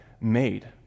made